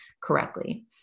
correctly